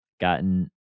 gotten